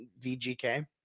VGK